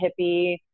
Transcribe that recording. hippie